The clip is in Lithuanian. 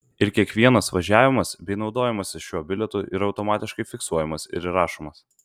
ir kiekvienas važiavimas bei naudojimasis šiuo bilietu yra automatiškai fiksuojamas ir įrašomas